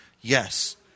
Yes